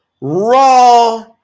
raw